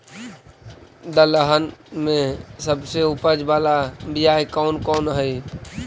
दलहन में सबसे उपज बाला बियाह कौन कौन हइ?